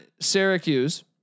Syracuse